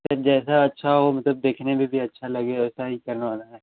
sir जैसा अच्छा हो मतलब देखने में भी अच्छा लगे वैसा ही करवाना है